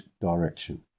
direction